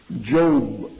Job